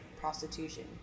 prostitution